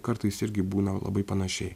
kartais irgi būna labai panašiai